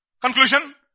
Conclusion